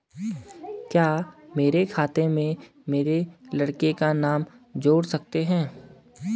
क्या मेरे खाते में मेरे लड़के का नाम जोड़ सकते हैं?